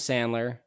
Sandler